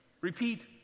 Repeat